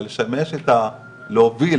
אלא להוביל,